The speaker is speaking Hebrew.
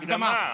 הקדמה.